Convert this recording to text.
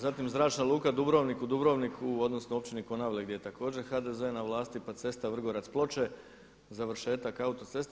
Zatim Zračna luka Dubrovnik, u Dubrovniku, odnosno općini Konavle gdje je također HDZ na vlasti, pa cesta Vrgorac-Ploče, završetak autoceste.